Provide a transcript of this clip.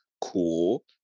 cool